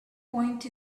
point